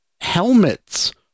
helmets